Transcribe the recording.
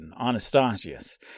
Anastasius